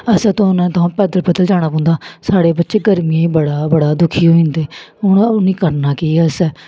असें ते उ'नें थाएं पैदल पैदल जाना पौंदा साढ़े बच्चे गर्मियें च बड़ा बड़ा दुखी होई जंदे हून उ'नें करना कि अस